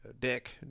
dick